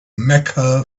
mecca